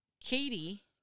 Katie